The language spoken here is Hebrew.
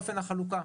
אופן החלוקה.